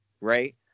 Right